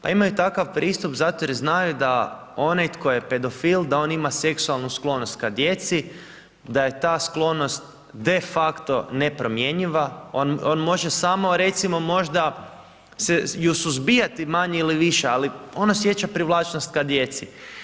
Pa imaju takav pristup zato jer znaju da onaj tko je pedofil da on ima seksualnu sklonost ka djeci, da je ta sklonost de facto nepromjenjiva, on može samo recimo možda ju suzbijati manje ili više, ali on osjeća privlačnost ka djeci.